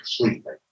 completely